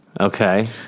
Okay